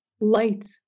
light